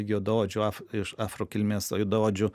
juodaodžių iš afro kilmės juodaodžių